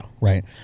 Right